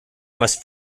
must